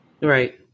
Right